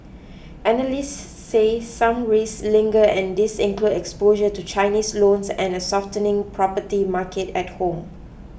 analysts say some risks linger and these include exposure to Chinese loans and a softening property market at home